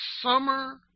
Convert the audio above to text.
summer